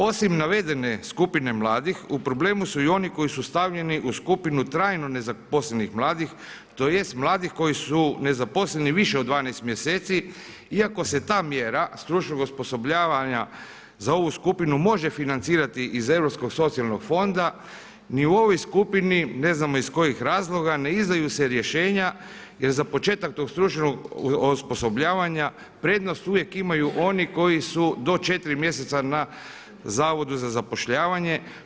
Osim navedene skupine mladih u problemu su i oni koji su stavljeni u skupinu trajno nezaposlenih mladih tj. mladih koji su nezaposleni više od 12 mjeseci iako se ta mjera stručnog osposobljavanja za ovu skupinu može financirati iz Europskog socijalnog fonda ni u ovoj skupini, ne znamo iz kojih razloga, ne izdaju se rješenja jer za početak tog stručnog osposobljavanja prednost uvijek imaju oni koji su do 4 mjeseca na Zavodu za zapošljavanje.